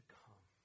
come